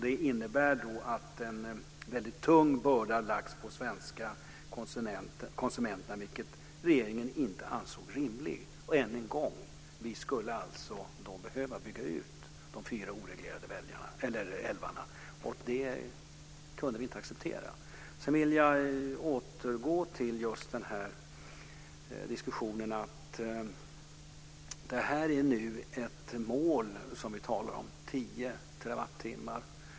Det innebär att en väldigt tung börda lagts på de svenska konsumenterna, vilket regeringen inte ansåg rimligt. Än en gång: Vi skulle behöva bygga ut de fyra oreglerade älvarna. Det kunde vi inte acceptera. Jag vill återgå till diskussionen om målet om 10 terawattimmar.